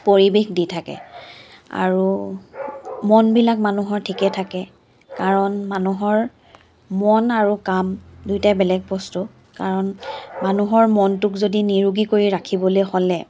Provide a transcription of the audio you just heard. পৰিৱেশ দি থাকে আৰু মনবিলাক মানুহৰ ঠিকে থাকে কাৰণ মানুহৰ মন আৰু কাম দুইটাই বেলেগ বস্তু কাৰণ মানুহৰ মনটোক যদি নিৰোগী কৰি ৰাখিবলৈ হ'লে